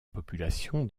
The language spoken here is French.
population